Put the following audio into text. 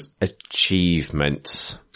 achievements